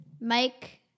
Mike